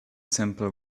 simple